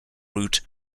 route